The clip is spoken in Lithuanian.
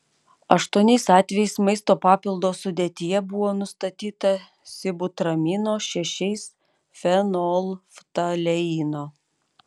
aštuoniais atvejais maisto papildo sudėtyje buvo nustatyta sibutramino šešiais fenolftaleino